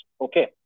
Okay